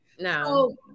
No